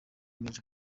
maj